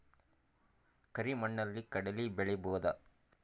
ಕರಿ ಮಣ್ಣಲಿ ಕಡಲಿ ಬೆಳಿ ಬೋದ?